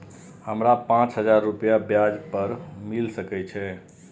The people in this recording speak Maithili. हमरा पाँच हजार रुपया ब्याज पर मिल सके छे?